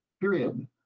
Period